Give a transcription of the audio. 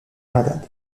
malade